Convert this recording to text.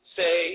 say